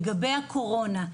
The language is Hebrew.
לגבי הקורונה,